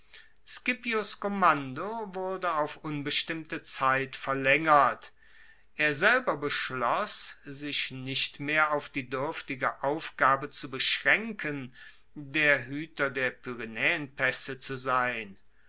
scipios kommando wurde auf unbestimmte zeit verlaengert er selber beschloss sich nicht mehr auf die duerftige aufgabe zu beschraenken der hueter der pyrenaeenpaesse zu sein